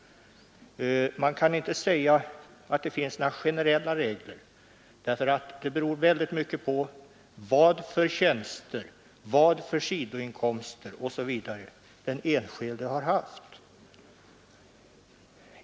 Man kan knappast säga att det finns några generella regler, därför att det beror i mycket hög grad på vad för tjänster och vad för sidoinkomster osv. som den enskilde har haft.